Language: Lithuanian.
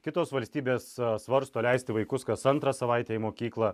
kitos valstybės svarsto leisti vaikus kas antrą savaitę į mokyklą